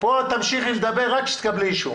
את תדברי פה רק כשתקבלי אישור.